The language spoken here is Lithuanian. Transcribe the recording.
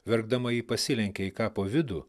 verkdama ji pasilenkė į kapo vidų